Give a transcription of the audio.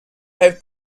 have